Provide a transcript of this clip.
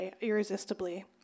irresistibly